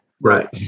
Right